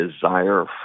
desire